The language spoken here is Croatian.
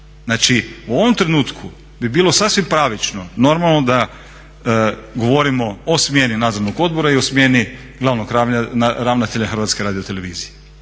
Znači u ovom trenutku bi bilo sasvim pravično, normalno da govorimo o smjeni Nadzornog odbora i o smjeni glavnog ravnatelja HRT-a. Ja podržavam